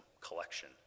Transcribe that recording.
collection